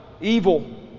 Evil